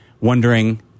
wondering